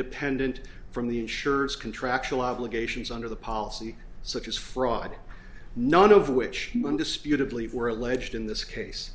ependent from the insurers contractual obligations under the policy such as fraud none of which undisputedly were alleged in this case